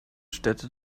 städte